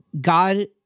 God